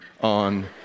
on